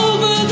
Over